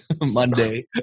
monday